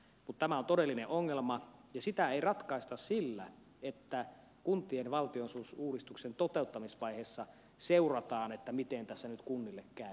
mutta tämä on todellinen ongelma ja sitä ei ratkaista sillä että kuntien valtionosuusuudistuksen toteuttamisvaiheessa seurataan miten tässä nyt kunnille käy